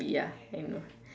ya I know